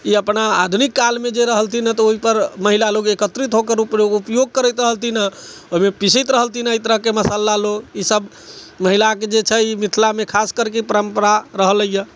ई अपना आधुनिक कालमे जे रहलथिन हँ तऽ ओहिपर महिला लोग एकत्रित होकर ओकर ऊपयोग करैत रहलथिन हँ ओहिमे पिसैत रहलथिन हँ एहि तरहके मशाला लोग ई सब महिलाके जे छै मिथिलामे खास करके परम्परा रहलैया